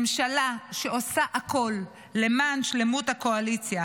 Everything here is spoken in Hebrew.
ממשלה שעושה הכול למען שלמות הקואליציה